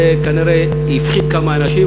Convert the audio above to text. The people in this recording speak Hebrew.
זה כנראה הפחיד כמה אנשים,